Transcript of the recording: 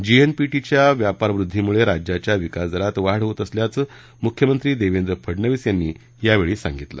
जेएनपीटीच्या व्यापारवृध्दीमुळे राज्याच्या विकास दरात वाढ होत असल्याचं मुख्यमंत्री देवेंद्र फडनवीस यांनी यावेळी सांगितलं